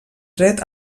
dret